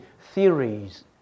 theories